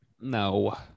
No